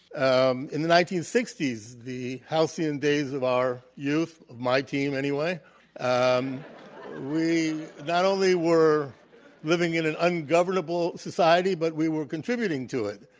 um in the nineteen sixty s, the halcyon days of our youth my team anyway um we not only were living in an ungovernable society, but we were contributing to it,